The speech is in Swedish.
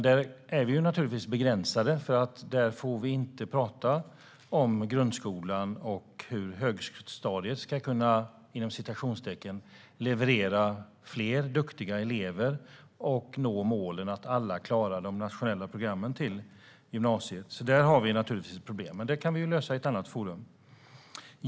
Där är vi naturligtvis begränsade, för där får vi inte prata om grundskolan och hur högstadiet ska kunna "leverera" fler duktiga elever och nå målet att alla ska vara behöriga till de nationella programmen i gymnasiet. Där har vi naturligtvis problem. Men dem kan vi lösa i ett annat forum.